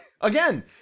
Again